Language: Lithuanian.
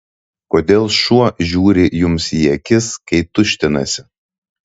kodėl šuo žiūri jums į akis kai tuštinasi